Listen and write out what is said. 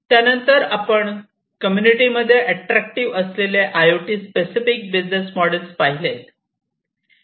त्यानंतर आपण कम्युनिटीमध्ये अट्राक्टिव्ह असलेले I O T specific business models पाहिलेत